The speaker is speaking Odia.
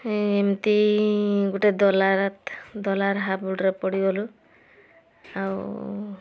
ଏମିତି ଗୋଟେ ଦଲାଲତ ଦଲାଲ ହାବୁଡ଼ର ପଡ଼ିଗଲୁ ଆଉ